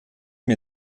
mir